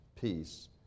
peace